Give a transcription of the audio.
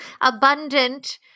abundant